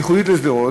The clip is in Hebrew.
והיא ייחודית לשדרות,